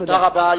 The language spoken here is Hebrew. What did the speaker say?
תודה רבה.